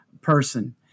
person